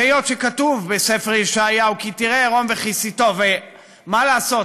והיות שכתוב בספר ישעיהו: "כי תראה ערם וכסיתו" ומה לעשות,